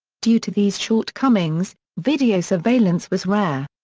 due to these short-comings, video surveillance was rare.